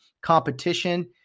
competition